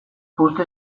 puzte